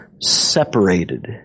separated